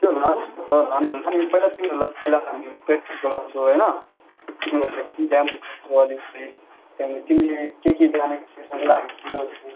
तिमीहरूलाई पहिला हामी प्र्याक्टिस गराउँछौँ होइन तिमीहरूले पनि सक्छौँ अलिकिति त्यहाँदेखिन्को तिमीले के के लाने